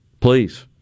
Please